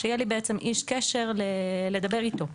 שיהיה לי בעצם איש קשר לדבר איתו.